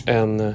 en